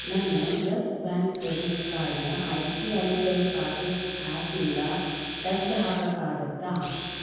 ನನ್ನ Yes bank credit ಕಾರ್ಡನ್ನ I C I C I pockets ಆ್ಯಪಿಂದ ತೆಗ್ದು ಹಾಕೋಕಾಗತ್ತಾ